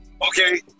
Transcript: Okay